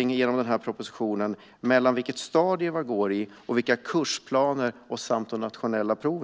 in på. Genom propositionen blir det även en tydligare koppling mellan stadium, kursplaner och nationella prov.